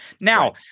Now